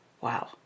Wow